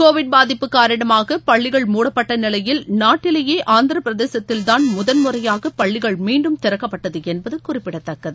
Covid பாதிப்பு காரணமாக பள்ளிகள் முடப்பட்ட நிலையில் நாட்டிலேயே ஆந்திரபிரதேசத்தில் தான் முதன்முறையாக பள்ளிகள் மீண்டும் திறக்கப்பட்டது என்பது குறிப்பிடத்தக்கது